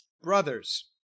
Brothers